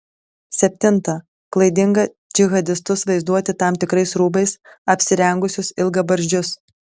septinta klaidinga džihadistus vaizduoti tam tikrais rūbais apsirengusius ilgabarzdžius